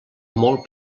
molt